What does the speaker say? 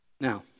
Now